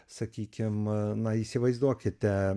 sakykim na įsivaizduokite